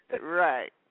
Right